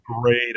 great